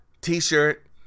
T-shirt